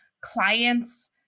clients